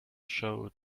showed